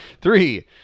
Three